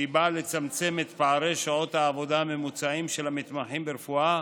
שבאה לצמצם את פערי שעות העבודה הממוצעים של המתמחים ברפואה